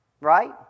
Right